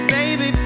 Baby